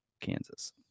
Kansas